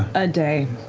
a day.